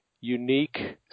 unique